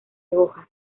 hojas